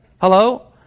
Hello